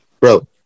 bro